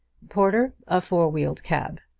porter, a four-wheeled cab.